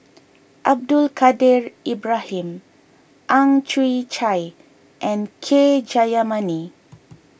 Abdul Kadir Ibrahim Ang Chwee Chai and K Jayamani